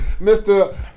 Mr